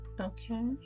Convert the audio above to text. Okay